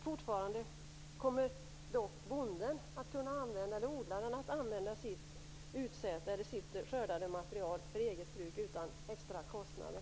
Fortfarande kommer dock odlaren att kunna använda sitt skördade material för eget bruk utan extra kostnader.